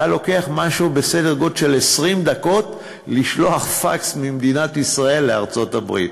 והיה לוקח סדר גודל של 20 דקות לשלוח פקס ממדינת ישראל לארצות-הברית.